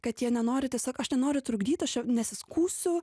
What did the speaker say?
kad jie nenori tiesiog aš nenoriu trukdyt aš čia nesiskųsiu